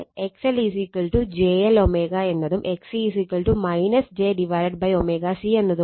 XL JL ω എന്നതും XC jω C എന്നതുമാണ്